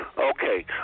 Okay